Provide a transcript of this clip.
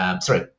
sorry